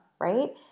right